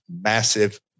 massive